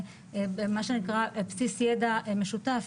בסיס ידע משותף,